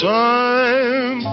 time